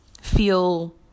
feel